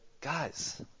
guys